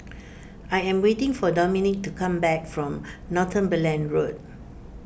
I am waiting for Dominque to come back from Northumberland Road